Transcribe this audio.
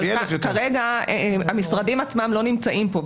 אבל כרגע, המשרדים עצמם לא נמצאים פה.